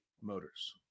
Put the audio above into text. Motors